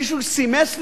מישהו סימס לי,